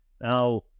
Now